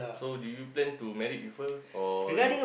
so did you plan to marry with her or you